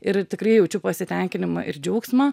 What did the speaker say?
ir tikrai jaučiu pasitenkinimą ir džiaugsmą